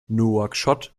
nouakchott